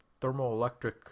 thermoelectric